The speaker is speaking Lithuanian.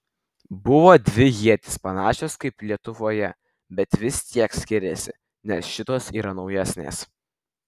buvo dvi ietys panašios kaip lietuvoje bet vis tiek skiriasi nes šitos yra naujesnės